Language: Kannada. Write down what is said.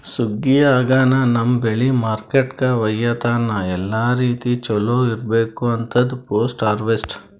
ಸುಗ್ಗಿ ಆಗನ ನಮ್ಮ್ ಬೆಳಿ ಮಾರ್ಕೆಟ್ಕ ಒಯ್ಯತನ ಎಲ್ಲಾ ರೀತಿ ಚೊಲೋ ಇರ್ಬೇಕು ಅಂತದ್ ಪೋಸ್ಟ್ ಹಾರ್ವೆಸ್ಟ್